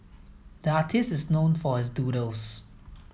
the artist is known for his doodles